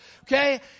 Okay